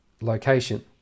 location